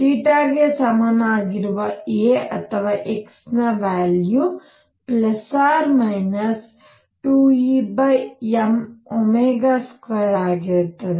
ಗೆ ಸಮವಾಗಿರುವ a ಅಥವ x ನ ವ್ಯಾಲ್ಯು 2Em2 ಆಗಿರುತ್ತದೆ